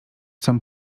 com